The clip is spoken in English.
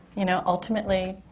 you know, ultimately,